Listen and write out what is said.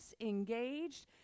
engaged